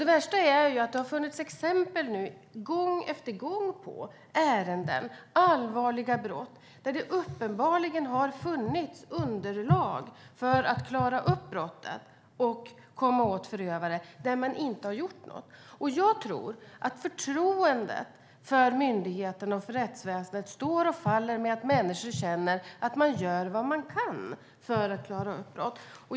Det värsta är att det gång efter gång kommit exempel på ärenden rörande allvarliga brott där det uppenbarligen funnits underlag för att klara upp brotten och komma åt förövarna men där man inte gjort något. Jag tror att förtroendet för myndigheterna och rättsväsendet står och faller med att människor känner att man gör vad man kan för att klara upp brott.